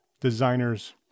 designers